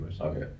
Okay